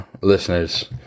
listeners